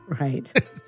right